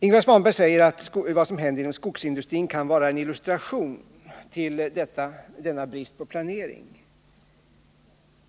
Ingvar Svanberg säger att vad som händer inom skogsindustrin kan vara en illustration av bristen på planering.